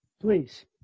please